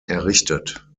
errichtet